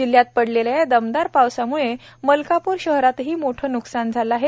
जिल्हयात पडलेल्या या दमदार पावसाम्ळे मलकापूर शहरातही मोठे न्कसान केले आहे